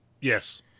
Yes